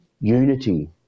unity